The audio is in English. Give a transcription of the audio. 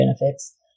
benefits